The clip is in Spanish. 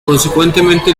consecuentemente